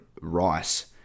rice